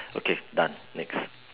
okay done next